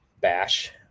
bash